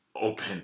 open